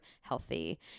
healthy